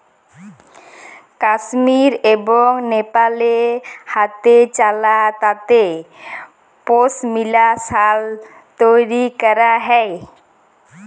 কাশ্মীর এবং লেপালে হাতেচালা তাঁতে পশমিলা সাল তৈরি ক্যরা হ্যয়